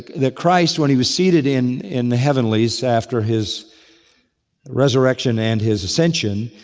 that christ when he was seated in in the heavenlies after his resurrection and his ascension,